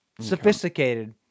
Sophisticated